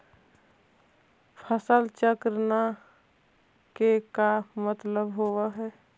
फसल चक्र न के का मतलब होब है?